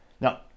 Now